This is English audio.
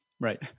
Right